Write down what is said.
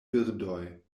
birdoj